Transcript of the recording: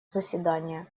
заседания